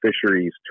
fisheries